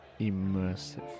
immersive